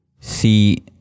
see